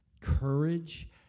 courage